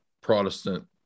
Protestant